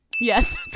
yes